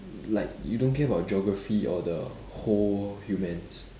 like you don't care about geography or the whole humans